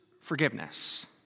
forgiveness